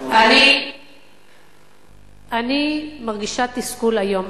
אני מרגישה תסכול היום.